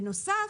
בנוסף,